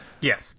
Yes